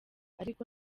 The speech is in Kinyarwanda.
ariko